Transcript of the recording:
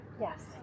Yes